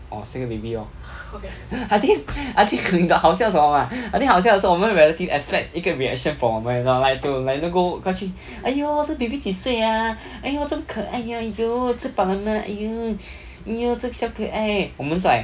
orh 是个 baby lor I think I think 很像什么吗 I think 好像是我们的 relative expect 一个 reaction from 我们 you know like to like to go 过去 !aiyo! 这个 baby 几岁 ah !aiyo! 这么可爱 ah !aiyo! 吃饱了吗 !aiyo! !aiyo! 这个小可爱我们是 like